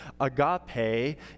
agape